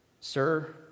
Sir